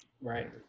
Right